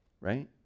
right